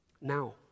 now